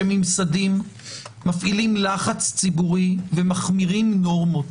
שממסדים מפעילים לחץ ציבורי ומחמירים נורמות,